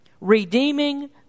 Redeeming